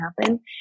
happen